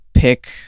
pick